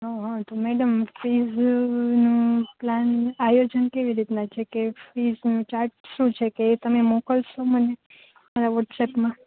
હ હ તો મેડમ ફીઝનું પ્લાન આયોજન કેવી રીતના છેકે ફીઝનું ચાર્જ શું છે કે એ તમે મોકલશો મને મારા વોટ્સેપમાં